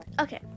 Okay